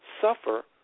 suffer